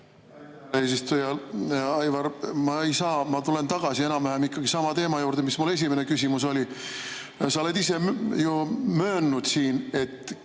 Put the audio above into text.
eesistuja! Hea Aivar! Ma ei saa, ma tulen tagasi enam-vähem sama teema juurde, mis mu esimene küsimus oli. Sa oled ise ju möönnud siin ja